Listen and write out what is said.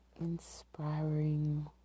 inspiring